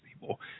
people